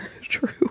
True